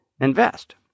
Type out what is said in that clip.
invest